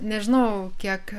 nežinau kiek